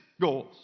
goals